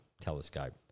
telescope